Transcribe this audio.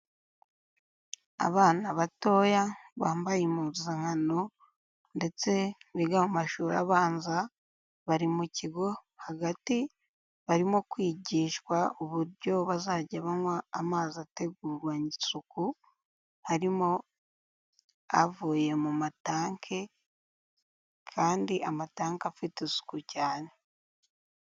Abana batoya bambaye impuzankano ndetse biga mu mashuri abanza, bari mu kigo hagati, barimo kwigishwa uburyo bazajya banywa amazi ategurwanye isuku, harimo avuye mu matanke, kandi amatanke afite isuku cyane.